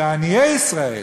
שעניי ישראל,